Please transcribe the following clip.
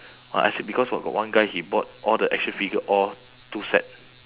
uh I said because got got one guy he bought all the action figure all two set